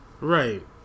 Right